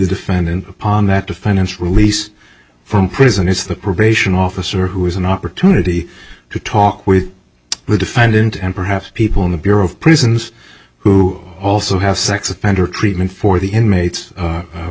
defendant upon that defendant's release from prison it's the probation officer who has an opportunity to talk with the defendant and perhaps people in the bureau of prisons who also have sex offender treatment for the inmates